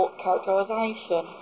characterisation